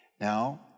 Now